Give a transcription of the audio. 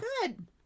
good